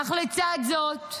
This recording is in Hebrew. אך לצד זאת,